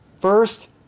First